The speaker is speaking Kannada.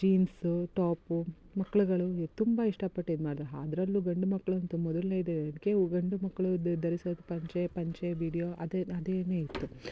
ಜೀನ್ಸು ಟಾಪು ಮಕ್ಕಳುಗಳಿಗ್ ತುಂಬ ಇಷ್ಟಪಟ್ಟು ಇದು ಮಾಡಿದರೂ ಅದ್ರಲ್ಲು ಗಂಡು ಮಕ್ಳಂತೂ ಮೊದಲನೇದೆ ಅದಕ್ಕೆ ಅವು ಗಂಡು ಮಕ್ಕಳು ಧರಿಸೊ ಪಂಚೆ ಪಂಚೆ ಬಿಡಿಯೋ ಅದೇನೆ ಇತ್ತು